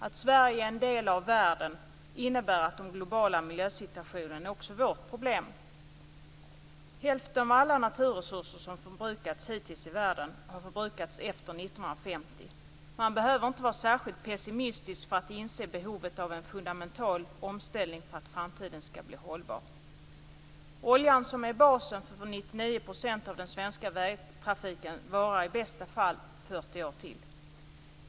Att Sverige är en del av världen innebär att den globala miljösituationen är också vårt problem. Hälften av alla naturresurser som förbrukats hittills i världen har förbrukats efter 1950. Man behöver inte vara särskilt pessimistisk för att inse behovet av en fundamental omställning för att framtiden skall bli hållbar. Oljan, som är basen för 99 % av den svenska vägtrafiken, varar i bästa fall i 40 år till.